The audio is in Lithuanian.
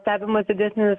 stebimas didesnis